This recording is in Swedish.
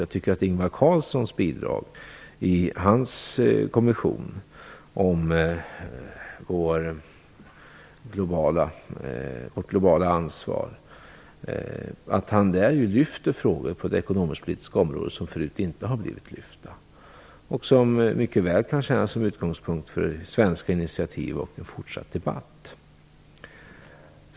Jag tycker att Ingvar Carlsson i sitt bidrag till sin kommission om vårt globala ansvar lyfter frågor på det ekonomisk-politiska området som förut inte har blivit lyfta. Det kan mycket väl tjäna som utgångspunkt för svenska initiativ och en fortsatt debatt.